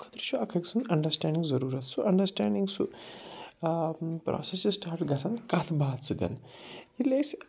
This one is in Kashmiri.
تَمہِ خٲطرٕ چھُ اَکھ أکۍ سٕنٛز انڈرسِٹینٛڈنٛگ ضروٗرَت سُہ انٛڈرسِٹٮ۪نٛڈنٛگ سُہ آ پرٛوٮ۪سس چھِ سِٹاٹ گَژھ کَتھ باتھ سۭتٮ۪ن ییٚلہِ أسۍ